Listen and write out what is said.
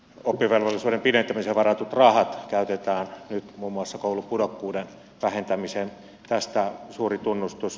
oppivelvollisuuden pidentämiseen varatut rahat käytetään nyt muun muassa koulupudokkuuden vähentämiseen tästä suuri tunnustus